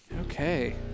Okay